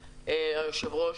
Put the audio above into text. היושב-ראש,